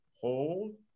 hold